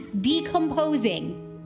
decomposing